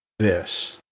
this,